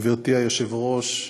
גברתי היושבת-ראש,